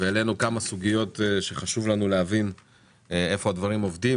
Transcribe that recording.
והעלינו כמה סוגיות שחשוב לנו להבין איפה הדברים עומדים.